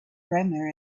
grammar